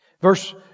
Verse